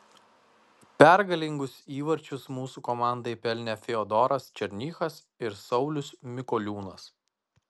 pergalingus įvarčius mūsų komandai pelnė fiodoras černychas ir saulius mikoliūnas